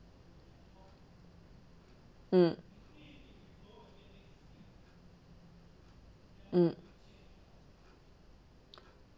mm mm